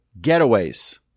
getaways